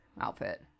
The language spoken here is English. outfit